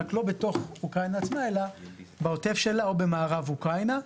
רק לא בתוך אוקראינה אלא בעוטף שלה או במערב אוקראינה.